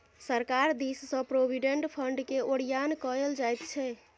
सरकार दिससँ प्रोविडेंट फंडकेँ ओरियान कएल जाइत छै